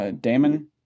Damon